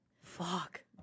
Fuck